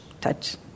Touch